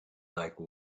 like